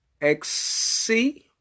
XC